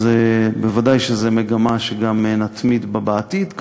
אז בוודאי שזו מגמה שגם נתמיד בה בעתיד.